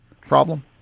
problem